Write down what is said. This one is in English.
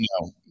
No